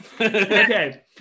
Okay